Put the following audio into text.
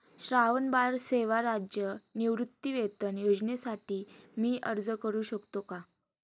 श्रावणबाळ सेवा राज्य निवृत्तीवेतन योजनेसाठी मी अर्ज करू शकतो का?